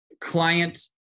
client